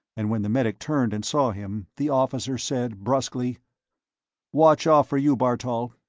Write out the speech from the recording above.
and when the medic turned and saw him, the officer said brusquely watch off for you, bartol.